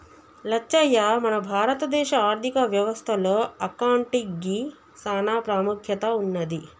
లచ్చయ్య మన భారత దేశ ఆర్థిక వ్యవస్థ లో అకౌంటిగ్కి సాన పాముఖ్యత ఉన్నది